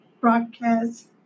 broadcast